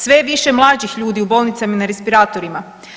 Sve je više mlađih ljudi u bolnicama i na respiratorima.